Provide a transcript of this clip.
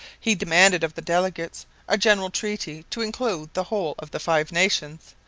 he demanded of the delegates a general treaty to include the whole of the five nations,